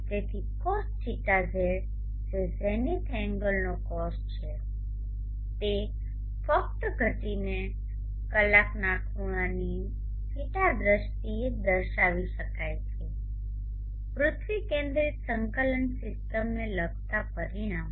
તેથી cosθz જે ઝેનિથ એંગલનો cos છે તે ફક્ત ઘટીને કલાકના ખૂણાની ϕ દ્રષ્ટિએ જ દર્શાવી શકાય છે પૃથ્વી કેન્દ્રિત સંકલન સીસ્ટમને લગતા પરિમાણો